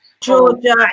Georgia